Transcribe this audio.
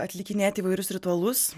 atlikinėti įvairius ritualus